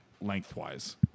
lengthwise